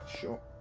Sure